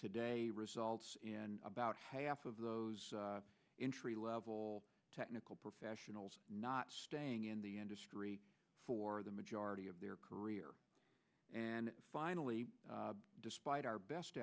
today results in about half of those in tree level technical professionals not staying in the industry for the majority of their career and finally despite our best